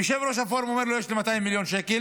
ליושב-ראש הפורום הוא אומר: יש לי 200 מיליון שקל.